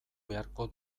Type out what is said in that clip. beharko